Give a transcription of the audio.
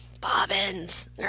bobbins